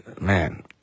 Man